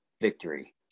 victory